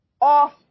off